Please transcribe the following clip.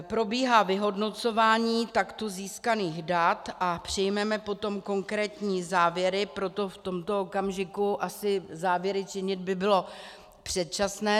Probíhá vyhodnocování takto získaných dat a přijmeme potom konkrétní závěry, proto v tomto okamžiku asi závěry činit by bylo předčasné.